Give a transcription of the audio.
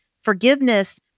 Forgiveness